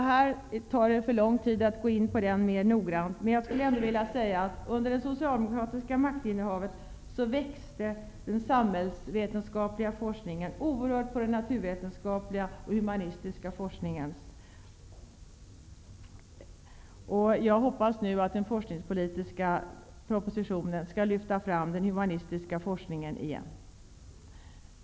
Det tar för lång tid att gå in på den mer noggrant, men jag skulle ändå vilja säga att under det socialdemokratiska maktinnehavet växte den samhällsvetenskapliga forskningen oerhört på bekostnad av den naturvetenskapliga och humanistiska. Jag hoppas att den forskningspolitiska propositionen skall lyfta fram den humanistiska forskningen igen.